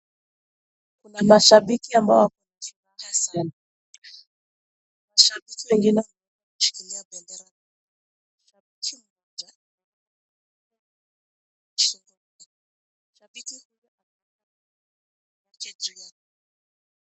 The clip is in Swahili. Kuna mashabiki ambao wako wanacheka sana. Mashabiki wengine wanashikilia bendera. Shabiki mmoja anazungumza. Shabiki huyu anacheka juu yake.